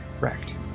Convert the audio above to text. Wrecked